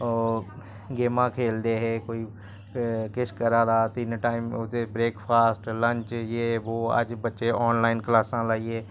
ओह् गेमां खेलदे हे कोई किश करा तिन्न टाइम ओह्दे ब्रेकफास्ट लंच ये वो अज्ज बच्चे आनलाइन क्लासां लाइयै